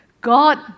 God